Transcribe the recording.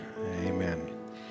Amen